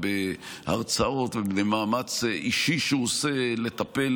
הרצאות ומאמץ אישי שהוא עושה לטפל